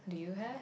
do you have